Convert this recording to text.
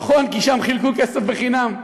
נכון, כי שם חילקו כסף בחינם.